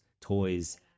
toys